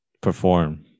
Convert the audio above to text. perform